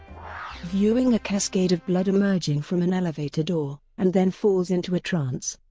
viewing a cascade of blood emerging from an elevator door, and then falls into a trance.